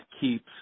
keeps